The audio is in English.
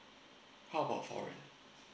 how about foreign